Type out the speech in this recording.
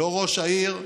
לא ראש העיר.